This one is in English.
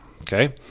Okay